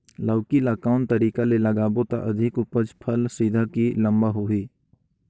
लौकी ल कौन तरीका ले लगाबो त अधिक उपज फल सीधा की लम्बा होही?